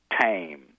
tame